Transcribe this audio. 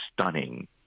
stunning